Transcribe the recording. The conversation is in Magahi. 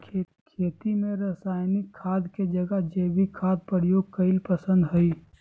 खेत में रासायनिक खाद के जगह जैविक खाद प्रयोग कईल पसंद हई